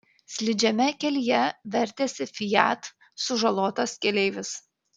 slidžiame kelyje vertėsi fiat sužalotas keleivis